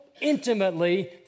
intimately